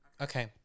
okay